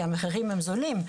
כי המחירים הם זולים.